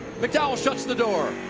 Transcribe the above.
mcdowell shuts the door.